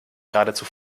geradezu